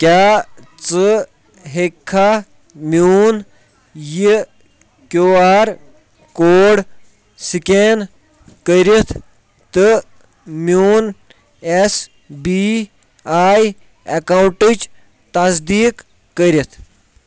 کیٛاہ ژٕ ہیٚکِکھا میٛون یہِ کیٛوٗ آر کوڈ سِکین کٔرِتھ تہٕ میٛون ایٚس بی آئی اکاونٹٕچ تصدیٖق کٔرِتھ